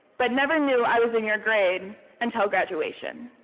but never knew i was in your grade until graduation,